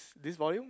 this volume